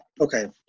Okay